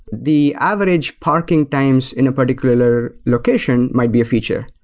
the average parking times in a particular location might be a feature.